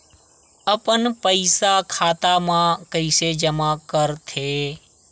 अपन पईसा खाता मा कइसे जमा कर थे?